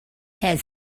had